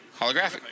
holographic